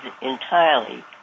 entirely